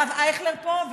הרב אייכלר פה,